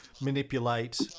manipulate